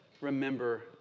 remember